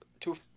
two